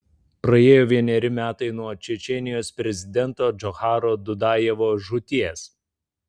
praėjo vieneri metai nuo čečėnijos prezidento džocharo dudajevo žūties